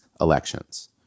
elections